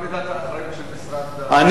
ועדת הכספים דנה בסעיף האמור ומצאה כי